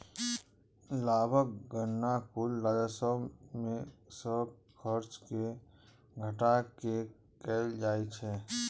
लाभक गणना कुल राजस्व मे सं खर्च कें घटा कें कैल जाइ छै